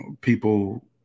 people